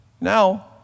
Now